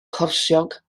corsiog